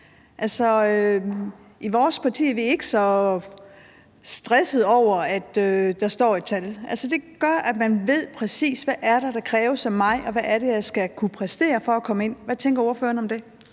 i vores parti er vi ikke så stressede over, at der står et tal. Det gør, at man ved, præcis hvad der kræves af en, og hvad man skal kunne præstere for at komme ind. Hvad tænker ordføreren om det?